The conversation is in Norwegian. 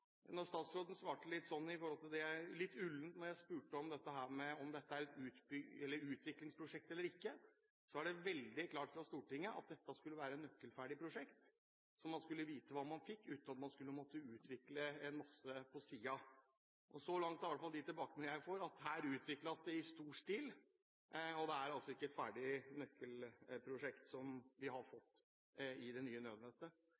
når statsråden svarer litt ullent når jeg spør om dette er et utviklingsprosjekt eller ikke, er det veldig klart fra Stortinget at dette skulle være et nøkkelferdig prosjekt – man skulle vite hva man fikk uten å måtte utvikle en masse på siden. Så langt er det i hvert fall i de tilbakemeldingene jeg får, at det utvikles i stor stil, og vi har ikke fått et nøkkelferdig prosjekt i det nye nødnettet.